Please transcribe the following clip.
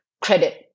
credit